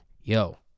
yo